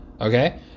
okay